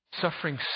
Suffering